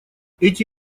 эти